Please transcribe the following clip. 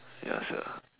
ya sia